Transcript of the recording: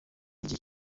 igihe